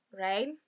right